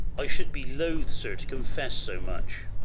i should be loth, sir, to confess so much.